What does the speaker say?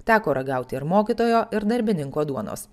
teko ragauti ir mokytojo ir darbininko duonos